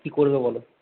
কি করবো বলো